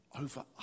Over